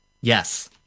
Yes